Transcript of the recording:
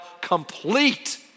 complete